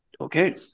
Okay